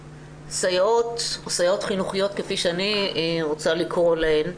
סייעות חינוכיות, כפי שאני רוצה לקרוא להן,